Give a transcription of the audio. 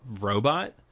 robot